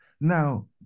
now